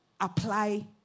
apply